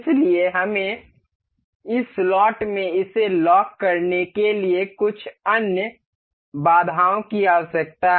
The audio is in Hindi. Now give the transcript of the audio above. इसलिए हमें इस स्लॉट में इसे लॉक करने के लिए कुछ अन्य बाधाओं की आवश्यकता है